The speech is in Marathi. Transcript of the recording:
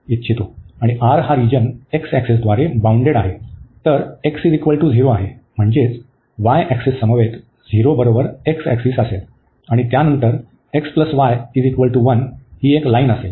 आणि R हा रिजन x ऍक्सिसद्वारे बाउंडेड आहे तर x 0 आहे म्हणजेच y ऍक्सिससमवेत 0 बरोबर x ऍक्सिस असेल आणि त्यानंतर x y 1 एक लाईन असेल